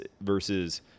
versus